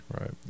Right